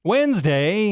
Wednesday